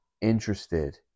interested